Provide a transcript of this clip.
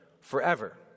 forever